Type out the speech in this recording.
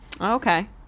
Okay